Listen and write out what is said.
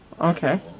Okay